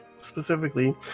specifically